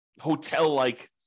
hotel-like